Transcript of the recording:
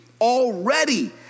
already